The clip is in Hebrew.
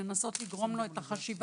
לנסות לאתגר לו את החשיבה,